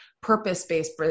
purpose-based